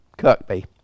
Kirkby